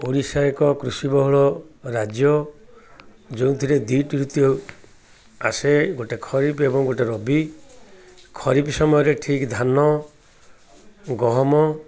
ଓଡ଼ିଶା ଏକ କୃଷି ବହୁଳ ରାଜ୍ୟ ଯେଉଁଥିରେ ଦୁଇଟି ତୃତୀୟ ଆସେ ଗୋଟେ ଖରିପ୍ ଏବଂ ଗୋଟେ ରବି ଖରିପ୍ ସମୟରେ ଠିକ ଧାନ ଗହମ